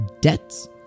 debts